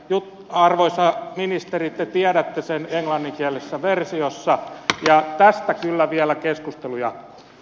arvoisa ministeri te tiedätte sen englanninkielisessä versiossa ja tästä kyllä vielä keskustelu jatkuu